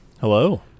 hello